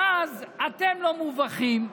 ואז אתם לא מובכים,